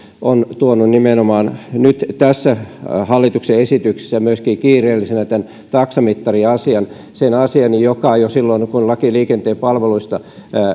ovat tuoneet nimenomaan nyt tässä hallituksen esityksessä kiireellisenä myöskin tämän taksamittariasian sen asian jota jo silloin kun lakia liikenteen palveluista